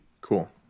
Cool